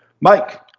Mike